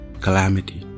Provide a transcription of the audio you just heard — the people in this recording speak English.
calamity